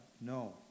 no